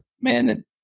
man